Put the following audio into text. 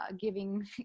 giving